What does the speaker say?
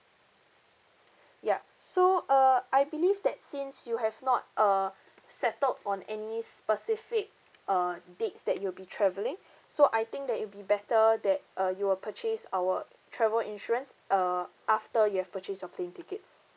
ya so err I believe that since you have not err settled on any specific err dates that you'll be travelling so I think that you'll be better that uh you will purchase our travel insurance uh after you have purchase your plane tickets